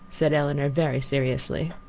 said elinor, very seriously,